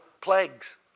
plagues